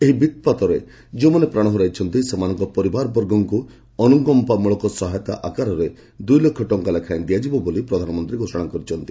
ଏହି ବିପ୍କାତରେ ଯେଉଁମାନେ ପ୍ରାଣ ହରାଇଛନ୍ତି ସେମାନଙ୍କ ପରିବାରବର୍ଗଙ୍କୁ ଅନୁକମ୍ପାମୂଳକ ସହାୟତା ଆକାରରେ ଦୁଇଲକ୍ଷ ଟଙ୍କା ଲେଖାଏଁ ଦିଆଯିବ ବୋଲି ପ୍ରଧାନମନ୍ତ୍ରୀ ଘୋଷଣା କରିଛନ୍ତି